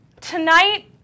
Tonight